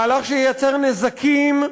מהלך שייצר נזקים,